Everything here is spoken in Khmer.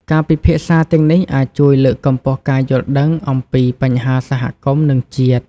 ការពិភាក្សាទាំងនេះអាចជួយលើកកម្ពស់ការយល់ដឹងអំពីបញ្ហាសហគមន៍ និងជាតិ។